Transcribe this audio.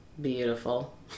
Beautiful